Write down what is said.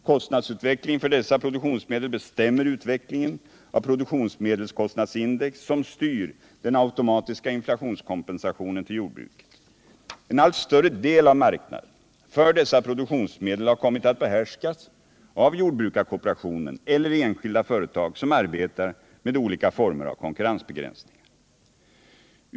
Kostnadsutvecklingen för dessa produktionsmedel bestämmer utvecklingen av produktionsmedelskostnadsindex, som styr den automatiska inflationskompensationen till jordbruket. En allt större del av marknaden för dessa produktionsmedel har kommit att behärskas av jordbrukskooperationen eller enskilda företag som arbetar med olika former av konkurrensbegränsningar.